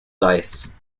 dice